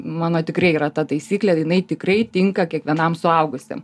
mano tikrai yra ta taisyklė jinai tikrai tinka kiekvienam suaugusiam